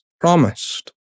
promised